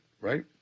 right